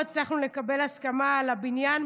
לא הצלחנו לקבל הסכמה על ענף הבניין,